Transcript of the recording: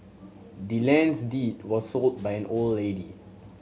the land's deed was sold by old lady